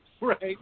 right